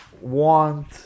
want